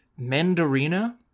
Mandarina